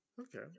Okay